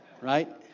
right